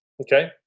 okay